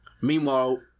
Meanwhile